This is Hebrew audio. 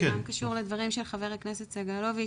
זה גם קשור לדברים של חבר הכנסת סגלוביץ',